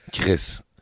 Chris